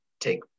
take